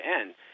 end